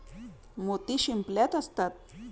मोती शिंपल्यात असतात